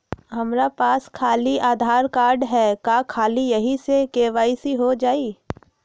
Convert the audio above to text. हमरा पास खाली आधार कार्ड है, का ख़ाली यही से के.वाई.सी हो जाइ?